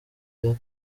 barya